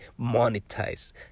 monetize